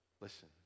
Listen